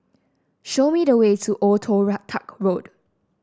show me the way to Old Toh Tuck Road